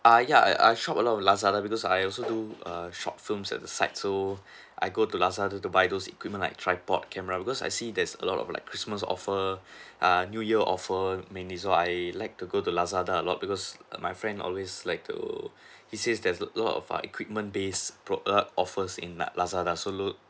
uh ya I shopped a lot at lazada because I also do a short films at the side so I go to Lazada to buy those equipment like tripod camera because I see there's a lot of like christmas offer err new year offer mainly so I like to go to lazada a lot because my friend always like to he says there's a lot of equipment base product offers in Lazada so